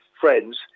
friends